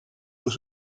soit